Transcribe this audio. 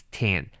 ten